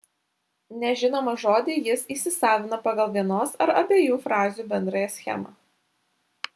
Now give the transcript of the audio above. nežinomą žodį jis įsisavina pagal vienos ar abiejų frazių bendrąją schemą